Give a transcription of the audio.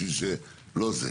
לא זה.